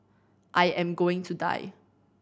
I am going to die